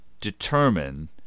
determine